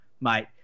mate